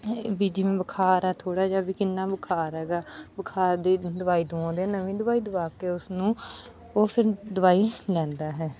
ਵੀ ਜਿਵੇਂ ਬੁਖਾਰ ਹੈ ਥੋੜ੍ਹਾ ਜਿਹਾ ਵੀ ਕਿੰਨਾ ਬੁਖਾਰ ਹੈਗਾ ਬੁਖਾਰ ਦੀ ਦਵਾਈ ਦਿਵਾਉਂਦੇ ਆ ਨਵੀਂ ਦਵਾਈ ਦਵਾ ਕੇ ਉਸਨੂੰ ਉਹ ਫਿਰ ਦਵਾਈ ਲੈਂਦਾ ਹੈ